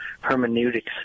hermeneutics